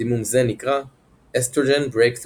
דימום זה נקרא - estrogen breakthrough bleeding.